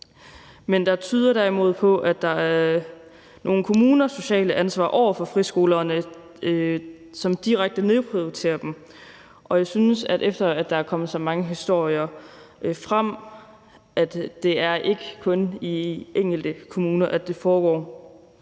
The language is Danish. Men det tyder på, at der er nogle kommuner, som i forhold til det sociale ansvar over for friskolerne direkte nedprioriterer dem. Jeg synes, at det, efter at der er kommet så mange historier frem, ikke kun er i enkelte kommuner, det foregår,